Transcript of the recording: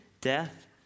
death